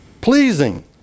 pleasing